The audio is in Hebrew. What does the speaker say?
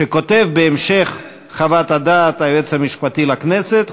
שכותב בהמשך חוות הדעת היועץ המשפטי לכנסת,